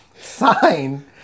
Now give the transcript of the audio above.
sign